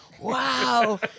Wow